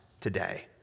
today